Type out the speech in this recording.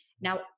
Now